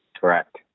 Correct